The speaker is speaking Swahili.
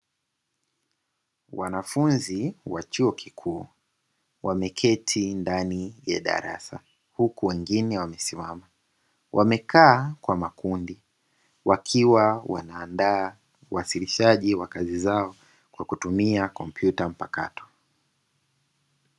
Wanafunzi wa chuo kikuu wameketi ndani ya darasa huku wengine wamesimama, wamekaa kwa makundi wakiwa wanaandaa uwasilishaji wa kazi zao kwa kutumia kompyuta mpakato.